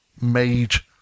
mage